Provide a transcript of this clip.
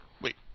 wait